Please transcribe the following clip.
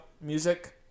music